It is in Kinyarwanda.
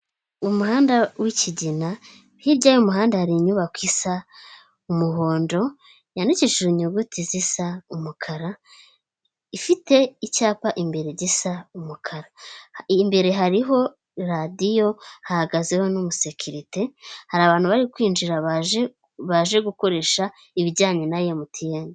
Umuhanda w'ikigina hirya y'umuhanda hari inyubako isa umuhondo yanikishije inyuguti zisa umukara ifite icyapa imbere gisa umukara, imbere hariho radiyo hahagazeho n'umusekete hari abantu bari kwinjira baje gukoresha ibijyanye na emutiyene.